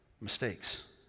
mistakes